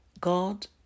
God